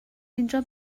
اینجا